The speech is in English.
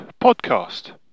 Podcast